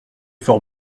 fort